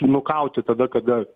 nukauti tada kada